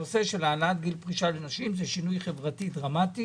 הנושא של העלאת גיל פרישה לנשים זה שינוי חברתי דרמטי